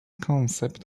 concept